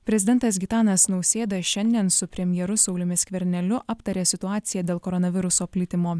prezidentas gitanas nausėda šiandien su premjeru sauliumi skverneliu aptarė situaciją dėl koronaviruso plitimo